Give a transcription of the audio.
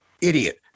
Idiot